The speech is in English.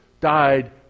died